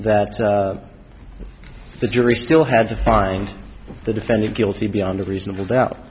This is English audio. that the jury still had to find the defendant guilty beyond a reasonable doubt